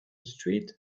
street